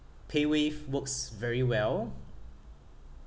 paywave works very well